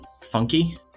Funky